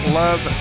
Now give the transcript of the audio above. love